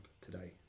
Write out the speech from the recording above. today